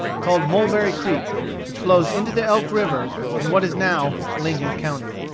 called mulberry creek which flows into the elk river, in what is now lincoln county.